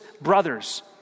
brothers